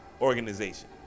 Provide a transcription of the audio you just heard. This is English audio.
organization